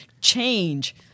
change